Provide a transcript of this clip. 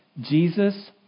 Jesus